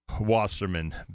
Wasserman